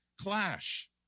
clash